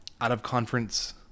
out-of-conference